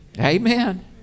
amen